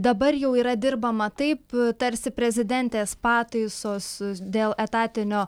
dabar jau yra dirbama taip tarsi prezidentės pataisos dėl etatinio